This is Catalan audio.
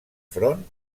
front